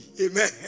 Amen